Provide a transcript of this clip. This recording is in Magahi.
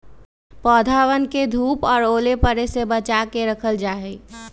पौधवन के धूप और ओले पड़े से बचा के रखल जाहई